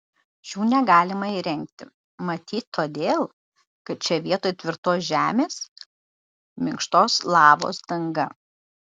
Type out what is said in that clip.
šių negalima įrengti matyt todėl kad čia vietoj tvirtos žemės minkštos lavos danga